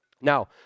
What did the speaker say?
Now